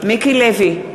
מיקי לוי,